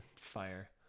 fire